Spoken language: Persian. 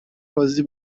راضی